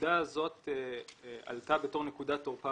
הנקודה הזאת עלתה בתור נקודת תורפה